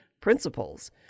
principles